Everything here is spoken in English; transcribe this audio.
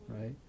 right